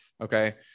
Okay